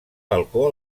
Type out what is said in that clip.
balcó